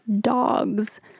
dogs